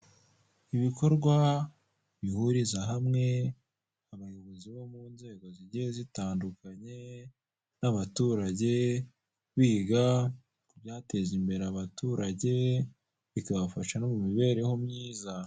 Ibikorwa bihuriza hamwe abayobozi bo mu nzego zigiye zitandukanye n'abaturage biga ku byateza imbere abaturage bikabafasha no mu mibereho myiza.